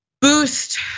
boost